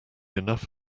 enough